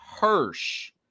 Hirsch